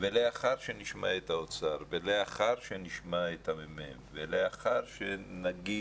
ולאחר שנשמע את האוצר ולאחר שנשמע את הממ"מ ולאחר שנגיד